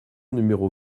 numéro